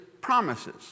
promises